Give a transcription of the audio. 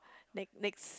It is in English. ne~ next